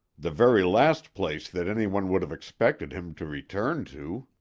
the very last place that anyone would have expected him to return to.